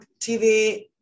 TV